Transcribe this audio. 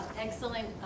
excellent